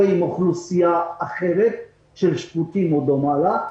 עם אוכלוסייה אחרת של שפוטים או דומה לה,